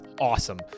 awesome